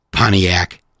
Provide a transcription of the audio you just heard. Pontiac